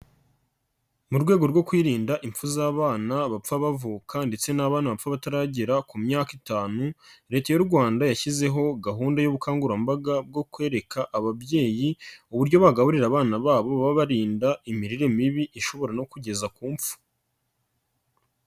Mu rwego rwo kwirinda impfu z'abana bapfa bavuka ndetse n'abana bapfa bataragera ku myaka itanu, leta y'u Rwanda yashyizeho gahunda y'ubukangurambaga bwo kwereka ababyeyi, uburyo bagaburira abana babo babarinda imirire mibi, ishobora no kugeza ku mfu.